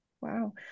Wow